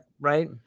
Right